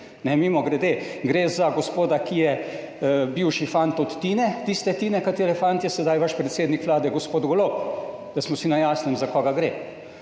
Mimogrede, gre za gospoda, ki je bivši fant od Tine, tiste Tine, katere fant je sedaj vaš predsednik Vlade gospod Golob, da smo si na jasnem za koga gre.